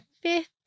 fifth